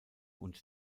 und